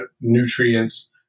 nutrients